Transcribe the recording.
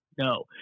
no